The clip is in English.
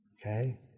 Okay